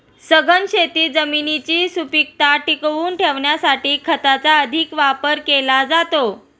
सघन शेतीत जमिनीची सुपीकता टिकवून ठेवण्यासाठी खताचा अधिक वापर केला जातो